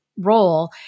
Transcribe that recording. role